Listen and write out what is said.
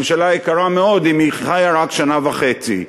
ממשלה יקרה מאוד אם היא חיה רק שנה וחצי.